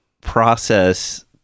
process